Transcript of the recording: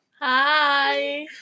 Hi